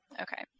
Okay